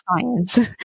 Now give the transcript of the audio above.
science